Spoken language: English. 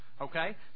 Okay